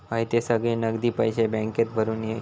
हयते सगळे नगदी पैशे बॅन्केत भरून ये